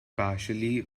partially